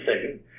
second